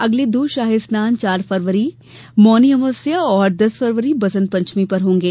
अगले दो शाही स्नान चार फरवरी मौनी अमावस्या और दस फरवरी बसंत पंचमी पर होंगे